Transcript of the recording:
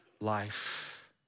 life